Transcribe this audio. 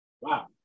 Wow